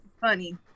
funny